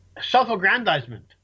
self-aggrandizement